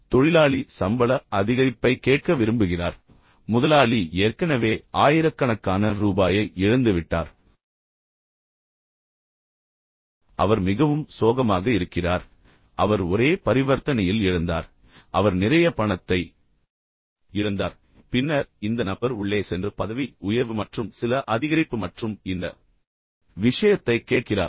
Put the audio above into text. இப்போது தொழிலாளி சம்பள அதிகரிப்பைக் கேட்க விரும்புகிறார் முதலாளி ஏற்கனவே ஆயிரக்கணக்கான ரூபாயை இழந்துவிட்டார் பின்னர் அவர் மிகவும் சோகமாக இருக்கிறார் பின்னர் அவர் ஒரே பரிவர்த்தனையில் இழந்தார் அவர் நிறைய பணத்தை இழந்தார் பின்னர் இந்த நபர் உள்ளே சென்று பதவி உயர்வு மற்றும் சில அதிகரிப்பு மற்றும் இந்த விஷயத்தைக் கேட்கிறார்